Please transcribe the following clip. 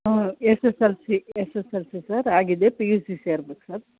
ಹ್ಞೂ S S L C S S L C sir ಆಗಿದೆ P U C ಸೇರ್ಬೇಕು sir